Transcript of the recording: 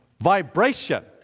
vibration